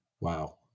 Wow